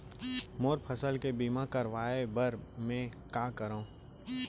मोर फसल के बीमा करवाये बर में का करंव?